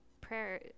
prayer